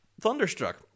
Thunderstruck